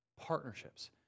partnerships